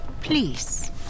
Please